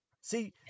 See